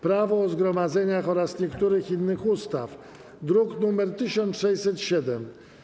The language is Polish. Prawo o zgromadzeniach oraz niektórych innych ustaw (druk nr 1607)